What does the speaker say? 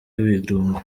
ibirungo